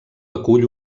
acull